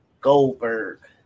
Goldberg